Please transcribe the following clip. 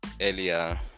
earlier